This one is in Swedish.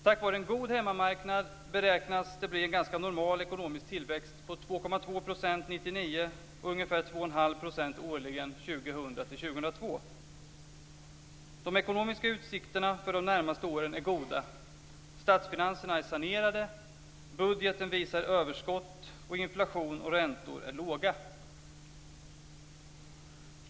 Tack vare en god hemmamarknad beräknas det bli en ganska normal ekonomisk tillväxt på 2,2 % 1999 och ungefär 2 1⁄2 % årligen 2000-2002. Statsfinanserna är sanerade, budgeten visar överskott, och inflation och räntor är låga.